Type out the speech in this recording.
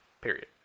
period